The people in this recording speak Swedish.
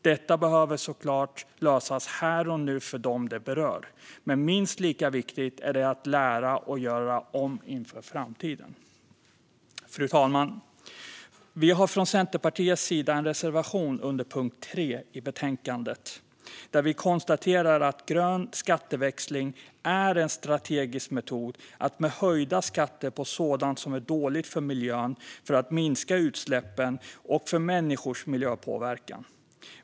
Detta behöver såklart lösas här och nu för dem som det berör, men minst lika viktigt är det att lära och göra om inför framtiden. Fru talman! Vi har från Centerpartiets sida en reservation under punkt 3 i betänkandet, där vi konstaterar att grön skatteväxling är en strategisk metod. Med höjda skatter på sådant som är dåligt för miljön minskar utsläppen och människors miljöpåverkan.